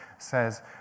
says